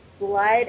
blood